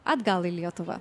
atgal į lietuvą